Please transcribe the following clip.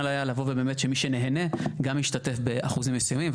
היה לבוא ובאמת שמי שנהנה גם ישתתף באחוזים מסוימים.